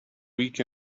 week